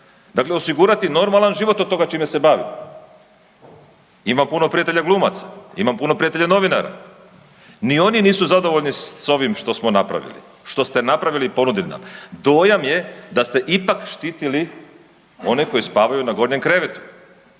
dakle osigurati normalan život od toga čime se bavim. Imam puno prijatelja glumaca, imam puno prijatelja novinara. Ni oni nisu zadovoljni s ovim što smo napravili. Što ste napravili i ponudili nam. Dojam je da ste ipak štitili one koji spavaju na gornjem krevetu,